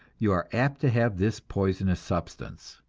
you are apt to have this poisonous substance.